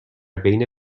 بین